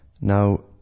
Now